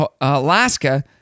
Alaska